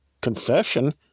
confession